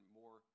more